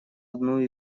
одну